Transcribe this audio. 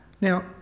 Now